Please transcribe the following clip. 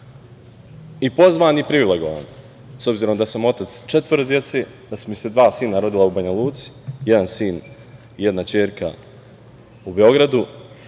i pozvan i privilegovan, s obzirom da sam otac četvoro dece, da su mi se dva sina rodila u Banja Luci, jedan sin i jedna ćerka u Beogradu